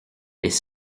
les